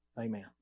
Amen